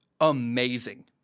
amazing